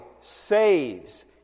saves